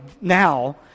now